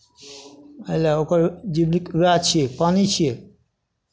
एहिलेल ओकर जीविक उएह छियै पानि छियै